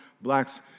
blacks